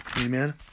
Amen